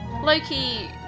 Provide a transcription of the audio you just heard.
Loki